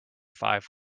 five